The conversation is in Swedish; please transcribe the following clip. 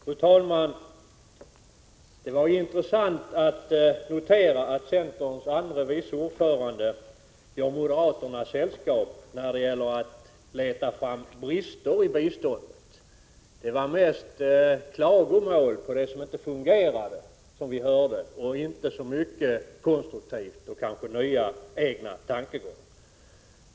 Fru talman! Det var intressant att notera att centerns andre vice ordförande gör moderaterna sällskap när det gäller att leta fram brister i biståndet. Det var mest klagomål på det som inte fungerar och inte så mycket konstruktiva och nya egna tankegångar vi fick höra.